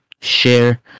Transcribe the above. share